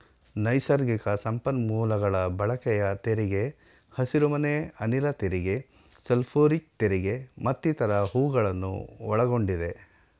ನೈಸರ್ಗಿಕ ಸಂಪನ್ಮೂಲಗಳ ಬಳಕೆಯ ತೆರಿಗೆ, ಹಸಿರುಮನೆ ಅನಿಲ ತೆರಿಗೆ, ಸಲ್ಫ್ಯೂರಿಕ್ ತೆರಿಗೆ ಮತ್ತಿತರ ಹೂಗಳನ್ನು ಒಳಗೊಂಡಿದೆ